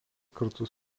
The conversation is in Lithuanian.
kartus